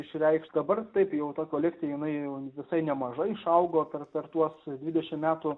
išreikšt dabar taip jau ta kolekcija jinai jau visai nemažai išaugo per per tuos dvidešim metų